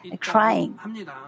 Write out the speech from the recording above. crying